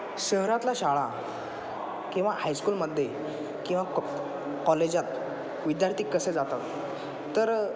शहरातला शाळा किंवा हायस्कूलमध्ये किंवा क कॉलेजात विद्यार्थी कसे जातात तर